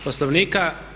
Poslovnika.